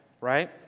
right